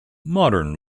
modern